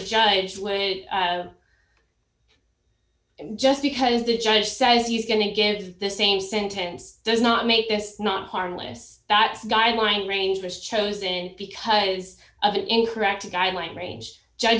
judge just because the judge says he's going to give the same sentence does not make this not harmless that's guideline range was chosen because of an incorrect guideline range judge